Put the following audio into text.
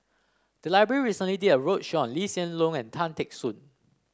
the library recently did a roadshow Lee Hsien Loong and Tan Teck Soon